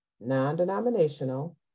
non-denominational